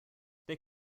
they